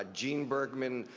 ah gene bergman,